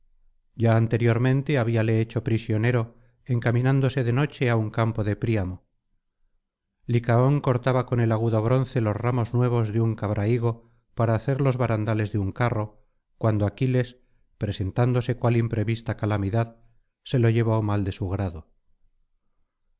ya anteriormente habíale hecho prisionero encaminándose de noche á un campo de príamo licaón cortaba con el agudo bronce los ramos nuevos de un cabrahigo para hacer los barandales de un carro cuando aquiles presentándose cual imprevista calamidad se lo llevó mal de su grado